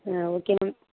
ம் okay ma'am